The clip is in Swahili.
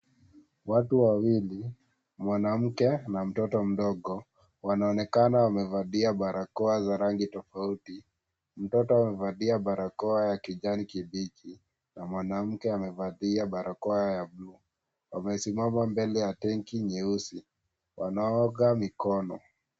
Watu wawili, mwanamke na mtoto mdogo wanaonekana wamevalia barakoa za rangi tofauti. Mtoto amevalia barakoa ya kijani kibichi na mwanamke amevalia barakoa ya bluu. Wamesimama mbele ya tanki nyeusi, wanaoga mikono.